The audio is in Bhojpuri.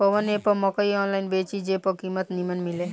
कवन एप पर मकई आनलाइन बेची जे पर कीमत नीमन मिले?